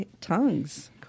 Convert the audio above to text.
Tongues